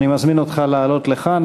אני מזמין אותך לעלות לכאן,